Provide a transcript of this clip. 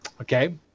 Okay